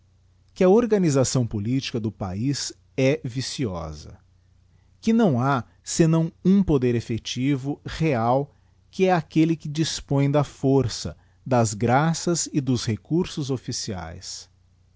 que a organisação politica do paiz é viciosa que não ha senão um poder eflfectivo real que é aquelle que dispõe da força dasgraçrse dos recure íiô officiaes